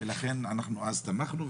ולכן אנחנו אז תמכנו,